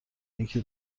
اینکه